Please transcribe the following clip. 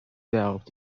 doubt